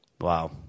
wow